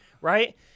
right